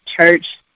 church